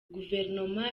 guverinoma